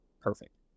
Perfect